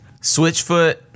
Switchfoot